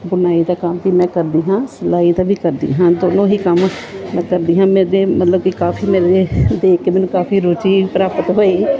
ਬੁਣਾਈ ਦਾ ਕੰਮ ਵੀ ਮੈਂ ਕਰਦੀ ਹਾਂ ਸਿਲਾਈ ਦਾ ਵੀ ਕਰਦੀ ਹਾਂ ਦੋਨੋਂ ਹੀ ਕੰਮ ਮੈਂ ਕਰਦੀ ਹਾਂ ਮੈਂ ਦੇ ਮਤਲਬ ਕਿ ਕਾਫੀ ਮੇਰੇ ਦੇਖ ਕੇ ਮੈਨੂੰ ਕਾਫੀ ਰੋਜ਼ੀ ਪ੍ਰਾਪਤ ਹੋਈ